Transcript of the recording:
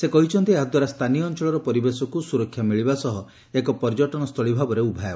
ସେ କହିଛନ୍ତି ଏହା ଦ୍ୱାରା ସ୍ଥାନୀୟ ଅଞ୍ଚଳର ପରିବେଶକୁ ସୁରକ୍ଷା ମିଳିବା ସହ ଏକ ପର୍ଯ୍ୟଟନସ୍ରୁଳୀ ଭାବରେ ଉଭା ହେବ